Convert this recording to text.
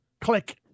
click